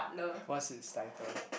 what's his title